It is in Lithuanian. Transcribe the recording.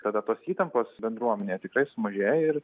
tada tos įtampos bendruomenėje tikrai sumažėja ir